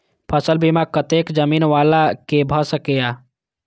फसल बीमा कतेक जमीन वाला के भ सकेया?